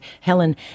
Helen